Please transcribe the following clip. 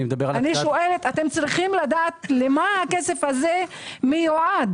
אתם צריכים לדעת למה הכסף הזה מיועד.